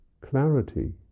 clarity